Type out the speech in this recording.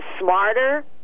smarter